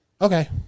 Okay